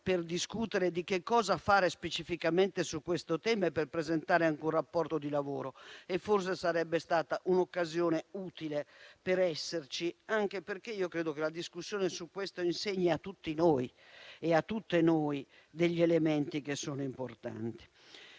per discutere di che cosa fare specificamente su questo tema e per presentare anche un rapporto di lavoro e forse sarebbe stata un'occasione utile per esserci, anche perché credo che la discussione su questo insegna a tutti voi e a tutti noi degli elementi che sono importanti.